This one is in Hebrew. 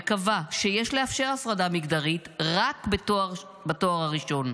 וקבע שיש לאפשר הפרדה מגדרית רק בתואר הראשון,